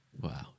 Wow